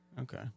Okay